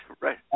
right